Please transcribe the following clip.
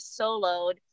soloed